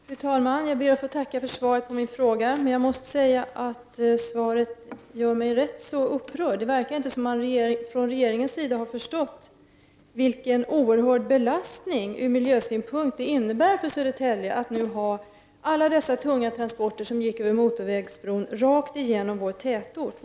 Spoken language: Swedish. Fru talman! Jag tackar för svaret på min fråga. Jag måste dess värre säga att svaret gör mig ganska upprörd. Det verkar nämligen inte som om regeringen har förstått vilken oerhörd belastning från miljösynpunkt det innebär för Södertälje att nu få alla de tunga transporter som förr gick på motorvägsbron rakt igenom vår tätort.